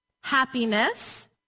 happiness